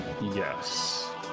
Yes